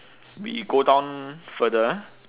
we go down further ah